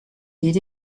did